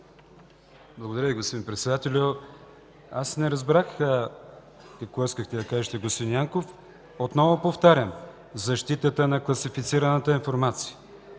Благодаря Ви, господин Председателю. Аз не разбрах какво искате да кажете, господин Янков. Отново повтарям, защитата на класифицираната информация,